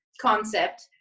concept